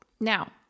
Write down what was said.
Now